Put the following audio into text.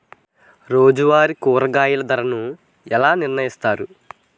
రోజువారి కూరగాయల ధరలను ఎలా నిర్ణయిస్తారు?